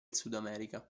sudamerica